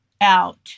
out